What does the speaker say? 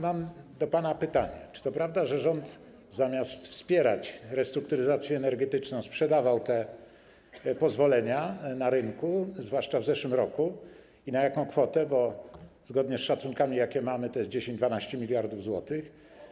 Mam do pana pytanie: Czy to prawda, że rząd, zamiast wspierać restrukturyzację energetyczną, sprzedawał te pozwolenia na rynku, zwłaszcza w zeszłym roku, i na jaką kwotę, bo zgodnie z szacunkami, jakie mamy, to jest 10–12 mld zł?